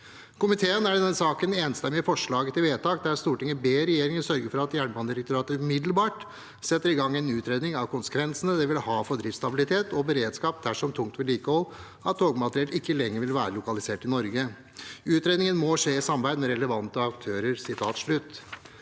Komiteen er i denne saken enstemmig i forslag til vedtak: «Stortinget ber regjeringen sørge for at Jernbanedirektoratet umiddelbart setter i gang en utredning av konsekvensene det vil ha for driftsstabilitet og beredskap dersom tungt vedlikehold av togmateriell ikke lenger vil være lokalisert i Norge. Utredningen må skje i samarbeid med relevante aktører.»